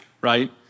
right